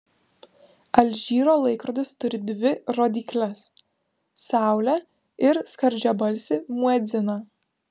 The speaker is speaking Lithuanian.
alžyro laikrodis turi dvi rodykles saulę ir skardžiabalsį muedziną